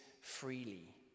freely